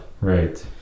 right